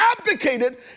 abdicated